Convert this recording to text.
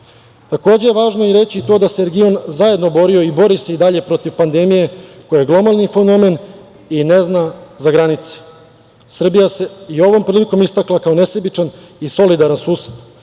je važno reći i to da se region zajedno borio i bori se i dalje protiv pandemije, koja je globalni fenomen i ne zna za granice. Srbija se i ovom prilikom istakla kao nesebičan i solidaran sused,